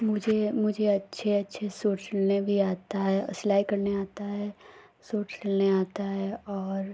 मुझे मुझे अच्छे अच्छे सूट सिलना भी आता है और सिलाई करना आता है सूट सिलना आता है और